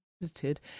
visited